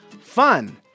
fun